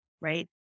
right